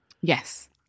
yes